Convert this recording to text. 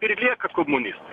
ir lieka komunistai